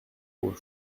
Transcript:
aux